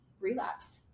relapse